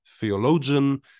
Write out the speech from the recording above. theologian